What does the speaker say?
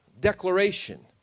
declaration